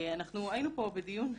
אנחנו היינו פה בדיון,